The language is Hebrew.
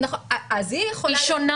אז היא יכולה לבקש -- היא שונה,